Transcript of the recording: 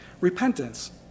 Repentance